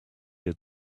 had